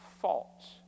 faults